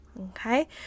okay